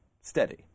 steady